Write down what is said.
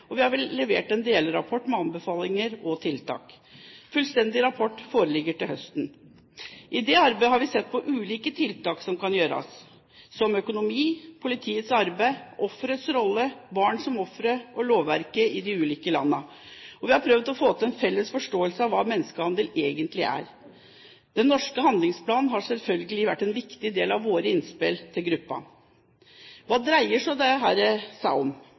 og vi har levert en delrapport med anbefalinger og tiltak. Fullstendig rapport foreligger til høsten. I dette arbeidet har vi sett på ulike tiltak som kan gjøres – det gjelder økonomi, politiets arbeid, offerets rolle, barn som ofre, og lovverket i de ulike land – og vi har prøvd å få til en felles forståelse av hva menneskehandel egentlig er. Den norske handlingsplanen har selvfølgelig vært en viktig del av våre innspill til gruppen. Hva dreier så dette seg om? I fjor var det